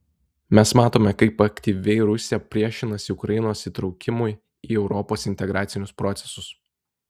mes matome kaip aktyviai rusija priešinasi ukrainos įtraukimui į europos integracinius procesus